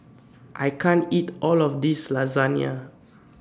I can't eat All of This Lasagna